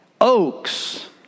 oaks